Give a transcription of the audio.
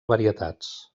varietats